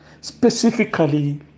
specifically